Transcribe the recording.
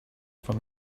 from